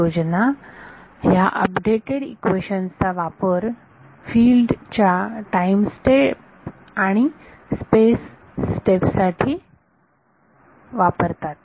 ही योजना ह्या updated equations चा वापर फिल्ड च्या टाईम स्टेप आणि स्पेस स्टेप साठी वापरतात